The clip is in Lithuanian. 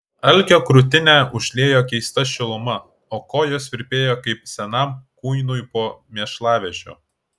algio krūtinę užliejo keista šiluma o kojos virpėjo kaip senam kuinui po mėšlavežio